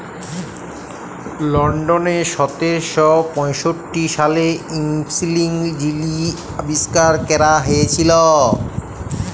লল্ডলে সতের শ পঁয়ষট্টি সালে ইস্পিলিং যিলি আবিষ্কার ক্যরা হঁইয়েছিল